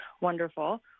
wonderful